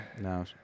no